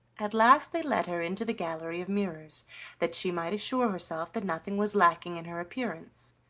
at last they led her into the gallery of mirrors that she might assure herself that nothing was lacking in her appearance,